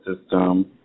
system